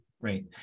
right